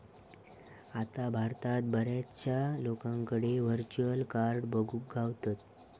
आता भारतात बऱ्याचशा लोकांकडे व्हर्चुअल कार्ड बघुक गावतत